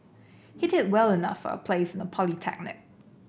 he did well enough for a place in a polytechnic